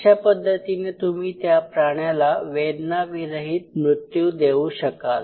अशा पद्धतीने तुम्ही त्या प्राण्याला वेदनाविरहित मृत्यू देऊ शकाल